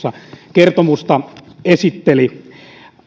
kertomusta esitteli